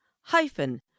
hyphen